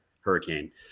hurricane